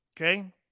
Okay